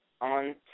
on